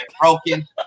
broken